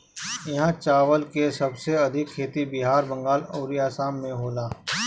इहा चावल के सबसे अधिका खेती बिहार, बंगाल अउरी आसाम में होला